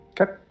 okay